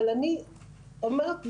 אבל אני אומרת בוודאות,